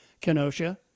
Kenosha